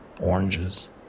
oranges